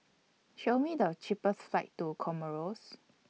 Show Me The cheapest flights to Comoros